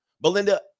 belinda